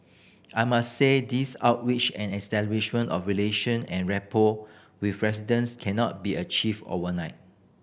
I must say these outreach and establishment of relation and rapport with residents cannot be achieved overnight